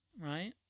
right